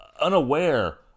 unaware